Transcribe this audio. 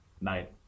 Night